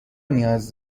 نیاز